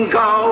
go